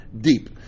deep